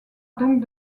donc